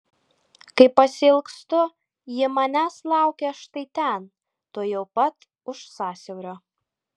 kai pasiilgstu ji manęs laukia štai ten tuojau pat už sąsiaurio